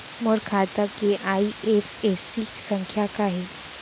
मोर खाता के आई.एफ.एस.सी संख्या का हे?